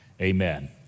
amen